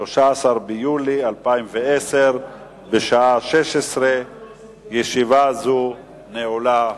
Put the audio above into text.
13 ביולי 2010, בשעה 16:00. ישיבה זו נעולה.